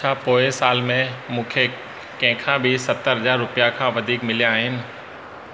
छा पोइ साल में मूंखे कंहिंखा बि सतरि हज़ार रुपिया खां वधीक मिलिया आहिनि